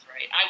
Right